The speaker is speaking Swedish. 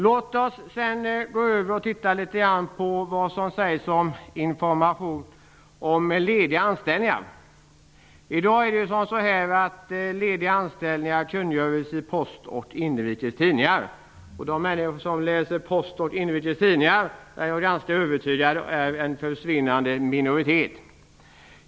Låt oss sedan gå över och titta litet grand på vad som sägs om information om lediga anställningar. I Tidningar. Jag är ganska övertygad om att de människor som läser Post och Inrikes Tidningar är en försvinnande minoritet.